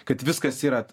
kad viskas yra